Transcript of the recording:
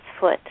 foot